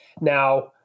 Now